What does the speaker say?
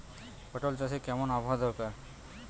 পটল চাষে কেমন আবহাওয়া দরকার?